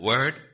Word